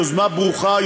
יוזמה ברוכה,